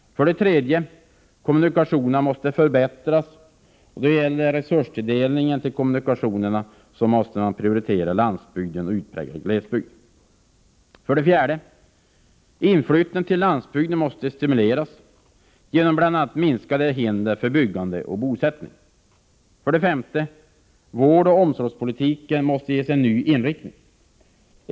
3. Kommunikationerna måste förbättras. När det gäller resurstilldelningen till kommunikationerna måste man prioritera landsbygden och utpräglad glesbygd. 4. Inflyttningen till landsbygden måste stimuleras genom bl.a. minskade hinder för byggande och bosättning. 5. Vårdoch omsorgspolitiken måste ges en ny inriktning.